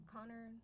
Connor